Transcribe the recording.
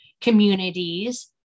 communities